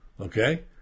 Okay